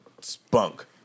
spunk